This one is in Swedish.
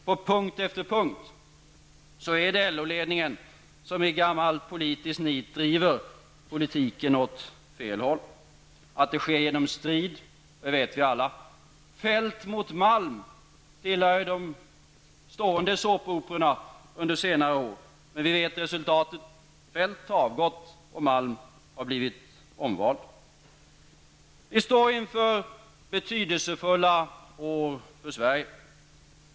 På punkt efter punkt är det LO-ledningen som i gammalt politiskt nit driver politiken åt fel håll. Att det sker genom strid, det vet vi alla. Feldt mot Malm har hört till de stående såpoperorna under senare år. Men vi vet resultatet. Feldt har avgått, och Malm har blivit omvald. Vi står inför betydelsefulla år för Sverige.